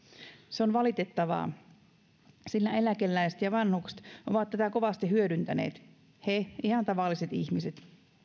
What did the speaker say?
se on valitettavaa sillä eläkeläiset ja vanhukset ovat tätä kovasti hyödyntäneet he ihan tavalliset ihmiset